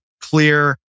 clear